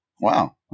Wow